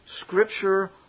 Scripture